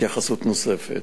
התייחסות נוספת.